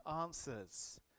answers